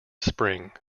spring